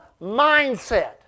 mindset